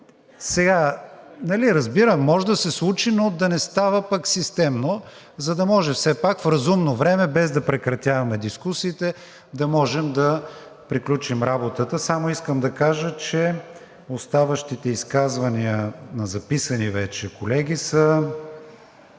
време. Разбирам, може да се случи, но да не става пък системно, за да може все пак в разумно време, без да прекратяваме дискусиите, да можем да приключим работата. Само искам да кажа, че оставащите изказвания на записани вече колеги са